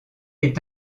est